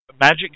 magic